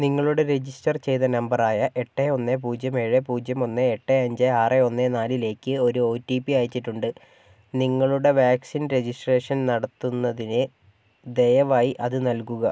നിങ്ങളുടെ രജിസ്റ്റർ ചെയ്ത നമ്പറായ എട്ട് ഒന്ന് പൂജ്യം ഏഴ് പൂജ്യം ഒന്ന് എട്ട് അഞ്ച് ആറ് ഒന്ന് നാലിലേക്ക് ഒരു ഒ റ്റി പി അയച്ചിട്ടുണ്ട് നിങ്ങളുടെ വാക്സിൻ രജിസ്ട്രേഷൻ നടത്തുന്നതിന് ദയവായി അത് നൽകുക